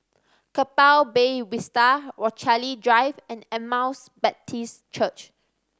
Keppel Bay Vista Rochalie Drive and Emmaus Baptist Church